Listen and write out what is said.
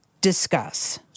discuss